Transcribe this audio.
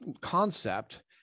concept